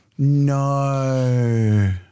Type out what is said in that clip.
No